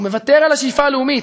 הוא מוותר על השאיפה הלאומית.